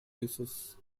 juices